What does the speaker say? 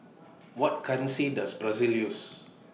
What currency Does Brazil use